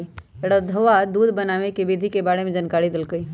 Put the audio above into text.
रधवा दूध बनावे के विधि के बारे में जानकारी देलकई